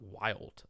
wild